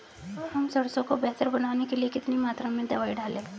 हम सरसों को बेहतर बनाने के लिए कितनी मात्रा में दवाई डालें?